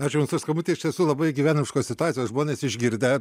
ačiū jums už skambutį iš tiesų labai gyvenimiškos situacijos žmonės išgirdę